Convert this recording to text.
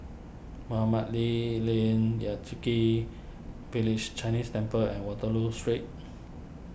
Mohamed Ali Lane Yan Kit Village Chinese Temple and Waterloo Street